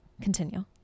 continue